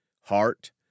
heart